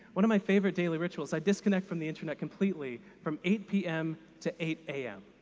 one of my favorite daily rituals i disconnect from the internet completely from eight pm to eight am.